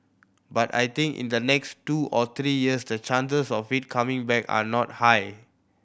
but I think in the next two or three years the chances of it coming back are not high